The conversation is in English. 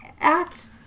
act